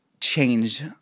change